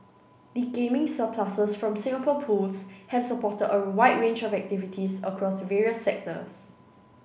the gaming surpluses from Singapore Pools have supported a wide range of activities across various sectors